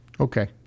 Okay